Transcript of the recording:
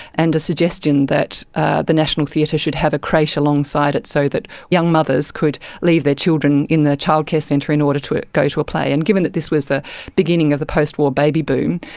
and a suggestion that ah the national theatre should have a creche alongside it so that young mothers could leave their children in the childcare centre in order to go to a play. and given that this was the beginning of the post-war baby boom,